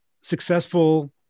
successful